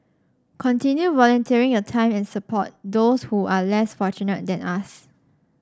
continue volunteering your time and support those who are less fortunate than us